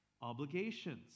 obligations